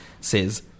Says